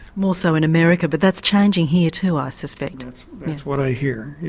more so in america but that's changing here too, i suspect. that's what i hear,